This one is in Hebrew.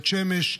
מבית שמש,